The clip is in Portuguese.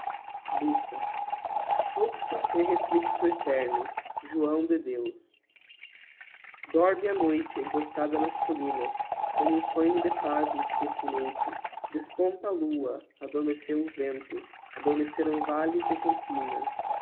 lucta fluxo e refluxo eterno joão de deus dorme a noite encostada nas colinas como um sonho de paz e esquecimento desponta a lua adormeceu o vento adormeceram valles e campinas